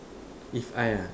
if I ah